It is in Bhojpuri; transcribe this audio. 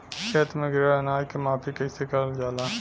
खेत में गिरल अनाज के माफ़ी कईसे करल जाला?